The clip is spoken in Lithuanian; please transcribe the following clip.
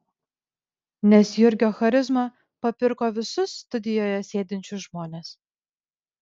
nes jurgio charizma papirko visus studijoje sėdinčius žmones